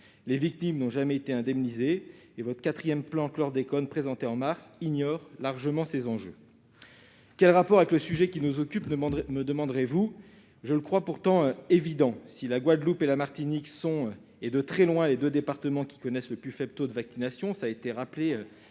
Les victimes n'ont jamais été indemnisées et votre quatrième plan chlordécone, présenté en mars, ignore largement ces enjeux. Quel rapport avec le sujet qui nous occupe, me demanderez-vous ? Je le crois pourtant évident. Si la Guadeloupe et la Martinique sont, et de très loin, les deux départements qui connaissent le plus faible taux de vaccination- à peine